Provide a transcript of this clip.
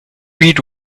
read